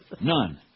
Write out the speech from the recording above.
None